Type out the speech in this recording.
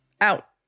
out